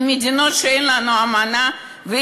מדינות שאין לנו אמנה אתן,